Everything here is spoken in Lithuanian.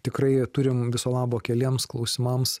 tikrai turim viso labo keliems klausimams